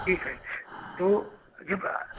ठीक है तो जब